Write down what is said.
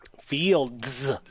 Fields